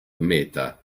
meta